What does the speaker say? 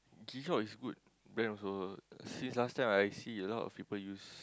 Tissot is good brand also since last time I see a lot of people use